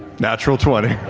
natural twenty.